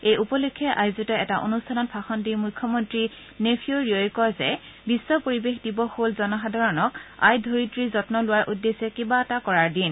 এই উপলক্ষে আয়োজিত এটা অনষ্ঠানত ভাষণ দি মখ্যমন্ত্ৰী নেইফিঅ ৰিঅ কয় যে বিশ্ব পৰিৱেশ দিৱস হল জনসাধাৰণে আই ধৰিত্ৰীৰ যম্ন লোৱাৰ উদ্দেশ্যে কিবা এটা কৰাৰ দিন